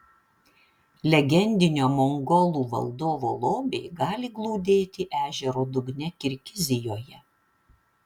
legendinio mongolų valdovo lobiai gali glūdėti ežero dugne kirgizijoje